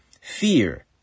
Fear